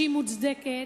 שהיא מוצדקת,